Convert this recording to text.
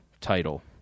title